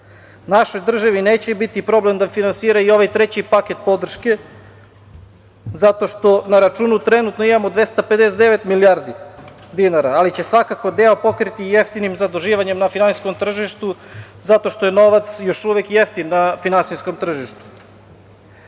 Našoj državi neće biti problem da finansira i ovaj treći paket podrške zato što na računu trenutno imamo 259 milijardi dinara, ali će svakako deo pokriti jeftinim zaduživanjem na finansijskom tržištu zato što je novac još uvek jeftin na finansijskom tržištu. Ukupna